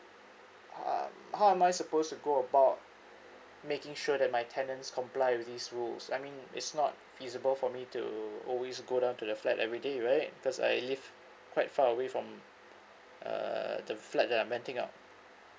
how um how am I supposed to go about making sure that my tenants comply with these rules I mean it's not feasible for me to always go down to the flat everyday right because I live quite far away from uh the flat that I'm renting out